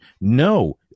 no